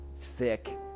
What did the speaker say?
thick